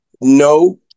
no